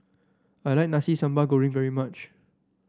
I like Nasi Sambal Goreng very much